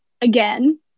again